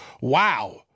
wow